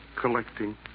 collecting